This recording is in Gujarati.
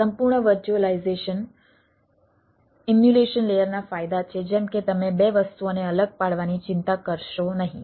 સંપૂર્ણ વર્ચ્યુઅલાઈઝેશન ઇમ્યુલેશન લેયરના ફાયદા છે જેમ કે તમે બે વસ્તુઓને અલગ પાડવાની ચિંતા કરશો નહીં